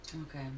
Okay